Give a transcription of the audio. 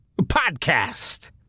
podcast